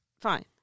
fine